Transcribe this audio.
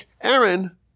Aaron